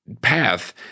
path